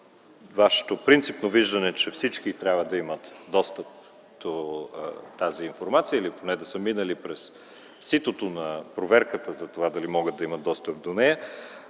Вашето принципно виждане, че всички трябва да имат достъп до тази информация или поне да са минали през ситото на проверката за това дали могат да имат достъп до нея,